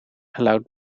allowed